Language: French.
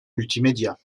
multimédia